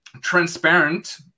transparent